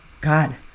God